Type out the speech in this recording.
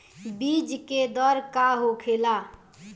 बीज के दर का होखेला?